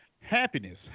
Happiness